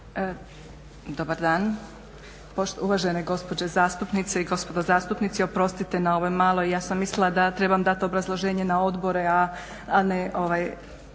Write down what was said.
Dobar dan! Uvažene gospođo zastupnice i gospodo zastupnici, oprostite na ovoj maloj. Ja sam mislila da trebam dati obrazloženje na odbore a ne